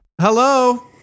Hello